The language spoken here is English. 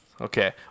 Okay